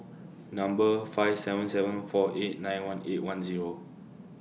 Number five seven seven four eight nine one eight one Zero